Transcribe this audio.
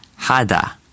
hada